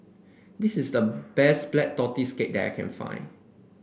this is the best Black Tortoise Cake that I can find